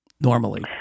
normally